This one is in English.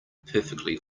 perfectly